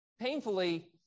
painfully